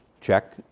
check